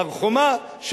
על הר-חומה.